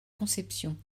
conception